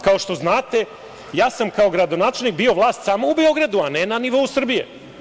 Kao što znate ja sam kao gradonačelnik bio vlast samo u Beogradu, a ne na nivou Srbije.